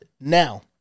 Now